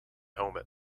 helmet